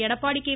Edappadi K